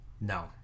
No